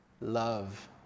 love